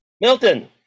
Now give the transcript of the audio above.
Milton